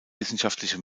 wissenschaftliche